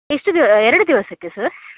ಎಷ್ಟು ದಿವ ಎರಡು ದಿವಸಕ್ಕೆ ಸರ್